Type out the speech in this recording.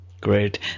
great